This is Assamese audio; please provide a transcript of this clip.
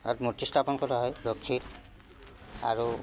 তাত মূৰ্তি স্থাপন কৰা হয় লক্ষীৰ আৰু